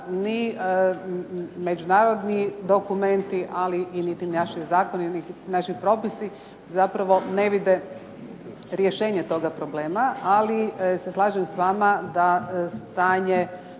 međunarodni dokumenti, ali niti naši Zakoni niti naši propisi, zapravo ne vide rješenje toga problema, ali se slažem s vama da stanje